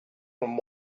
from